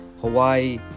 Hawaii